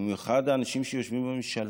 ובמיוחד האנשים שיושבים בממשלה,